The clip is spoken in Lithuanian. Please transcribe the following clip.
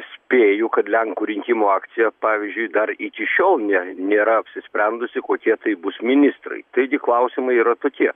spėju kad lenkų rinkimų akcija pavyzdžiui dar iki šiol ne nėra apsisprendusi kokie tai bus ministrai taigi klausimai yra tokie